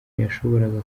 yashoboraga